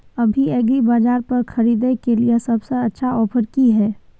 अभी एग्रीबाजार पर खरीदय के लिये सबसे अच्छा ऑफर की हय?